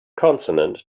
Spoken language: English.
consonant